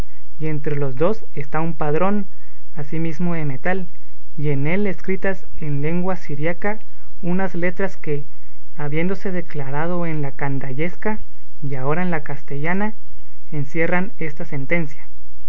y entre los dos está un padrón asimismo de metal y en él escritas en lengua siríaca unas letras que habiéndose declarado en la candayesca y ahora en la castellana encierran esta sentencia